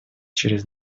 через